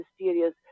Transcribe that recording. mysterious